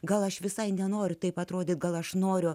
gal aš visai nenoriu taip atrodė gal aš noriu